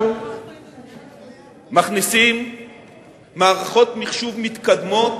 אנחנו מכניסים מערכות מחשוב מתקדמות,